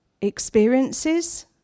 experiences